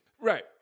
right